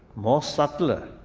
more subtler.